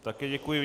Také děkuji.